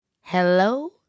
Hello